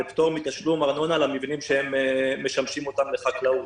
לפטור מתשלום ארנונה על המבנים שמשמשים אותם לחקלאות.